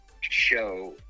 show